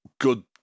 good